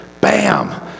Bam